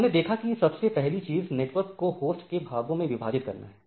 तो हमने देखा कि सबसे पहली चीज नेटवर्क को होस्ट के भागों में विभाजित करना है